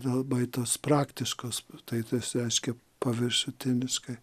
labai tos praktiškos tai tas reiškia paviršutiniškai